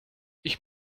ich